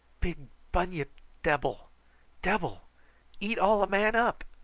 big bunyip debble debble eat all a man up.